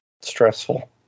stressful